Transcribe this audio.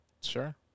Sure